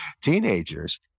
teenagers